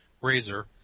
razor